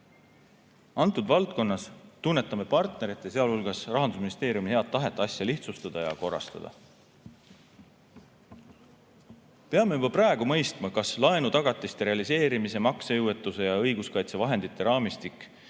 Selles valdkonnas tunnetame partnerite, sealhulgas Rahandusministeeriumi head tahet asja lihtsustada ja korrastada. Peame juba praegu mõistma, kas laenutagatiste realiseerimise, maksejõuetuse ja õiguskaitsevahendite raamistik juba